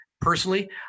Personally